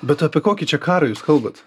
bet apie kokį čia karą jūs kalbat